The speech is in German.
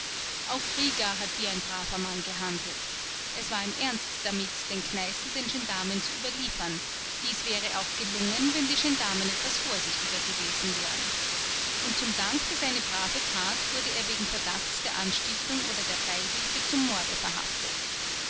auch rieger hat wie ein braver mann gehandelt es war ihm ernst damit den kneißl den gendarmen zu überliefern dies wäre auch gelungen wenn die gendarmen etwas vorsichtiger gewesen wären und zum dank für seine brave tat wurde er wegen verdachts der anstiftung oder der beihilfe zum morde verhaftet